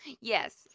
Yes